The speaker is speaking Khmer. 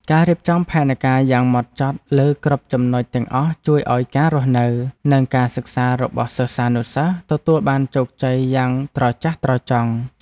ការរៀបចំផែនការយ៉ាងហ្មត់ចត់លើគ្រប់ចំណុចទាំងអស់ជួយឱ្យការរស់នៅ និងការសិក្សារបស់សិស្សានុសិស្សទទួលបានជោគជ័យយ៉ាងត្រចះត្រចង់។